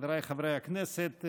חבריי חברי הכנסת,